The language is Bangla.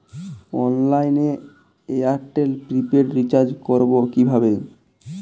অনলাইনে এয়ারটেলে প্রিপেড রির্চাজ করবো কিভাবে?